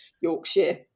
yorkshire